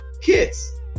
kids